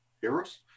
Heroes